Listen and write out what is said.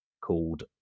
called